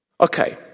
Okay